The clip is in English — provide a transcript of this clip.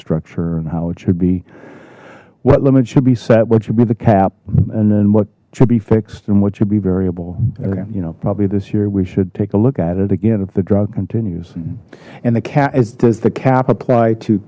structure and how it should be what limits should be set which would be the cap and then what should be fixed and what you variable you know probably this year we should take a look at it again if the drug continues and the cat is does the cap apply to